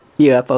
UFO